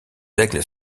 aigles